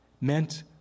meant